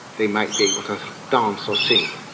they might be able to dance or sing.